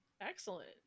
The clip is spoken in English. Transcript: Excellent